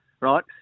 right